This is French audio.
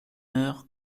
heure